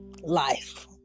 life